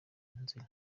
nzira